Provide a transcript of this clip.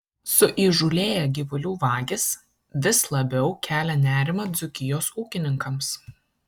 suįžūlėję gyvulių vagys vis labiau kelia nerimą dzūkijos ūkininkams